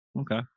Okay